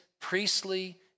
priestly